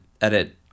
edit